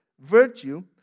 virtue